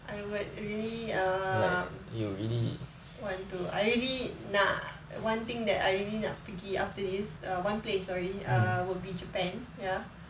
I would really err want to I really nak one thing that I really nak pergi after this err one place sorry err would be japan ya